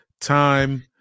time